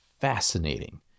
fascinating